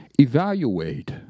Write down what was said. Evaluate